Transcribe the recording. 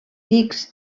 dics